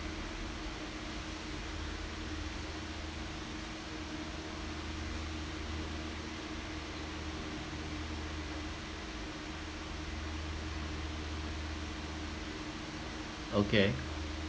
okay